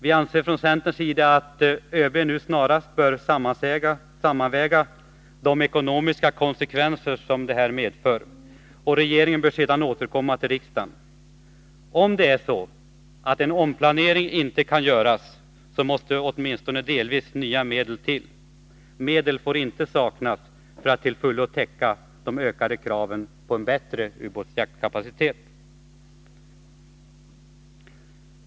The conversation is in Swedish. Vi anser från centerns sida att ÖB nu snarast bör sammanväga de ekonomiska konsekvenser som detta medför, och regeringen bör sedan återkomma till riksdagen. Om en omplanering inte kan göras måste åtminstone delvis nya medel till. Medel får inte saknas för att till fullo täcka de ökade kraven på bättre ubåtsjaktskapacitet.